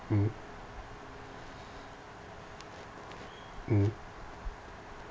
mmhmm mm